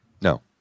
No